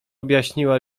objaśniła